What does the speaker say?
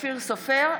אופיר סופר,